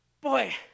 Boy